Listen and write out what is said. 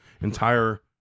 entire